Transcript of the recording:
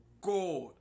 God